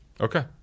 Okay